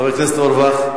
חבר הכנסת אורבך?